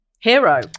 Hero